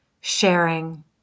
sharing